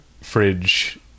fridge